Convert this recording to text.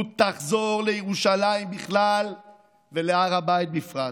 תחזור לירושלים בכלל ולהר הבית בפרט,